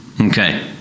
Okay